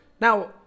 Now